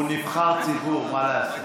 הוא נבחר ציבור, מה לעשות.